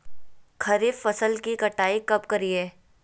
खरीफ फसल की कटाई कब करिये?